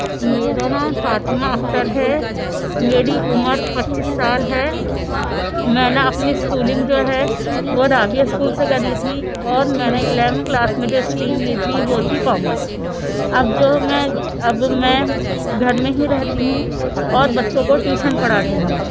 میرا نام فاطمہ اختر ہے میری عمر پچیس سال ہے میں نا اپنی اسکولنگ جو ہے وہ رابعہ اسکول سے کری تھی اور میں نے الیون کلاس میں جو اسٹریم لی تھی وہ تھی کامرس اب جو میں اب میں گھر میں ہی رہتی ہوں اور بچوں کو ٹیوشن پڑھاتی ہوں